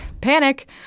Panic